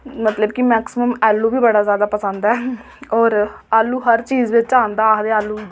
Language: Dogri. मतलब कि मैक्सीमम आलू बी बडा जैदा पसंद ऐ और आलू हर चीज बिच पौंदा आलू